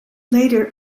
later